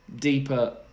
deeper